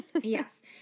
Yes